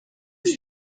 ist